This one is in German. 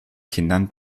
kindern